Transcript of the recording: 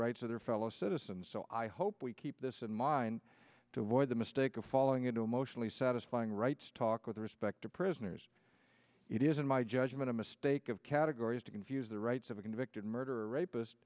rights of their fellow citizens so i hope we keep this in mind to avoid the mistake of falling into emotionally satisfying rights talk with respect to prisoners it is in my judgment a mistake of categories to confuse the rights of a convicted murderer rapist